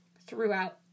throughout